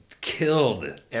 killed